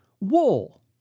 wool